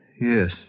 Yes